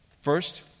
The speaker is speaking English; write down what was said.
First